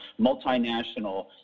multinational